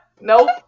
Nope